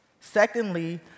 Secondly